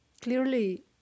clearly